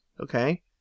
Okay